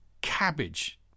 cabbage